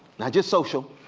not just social,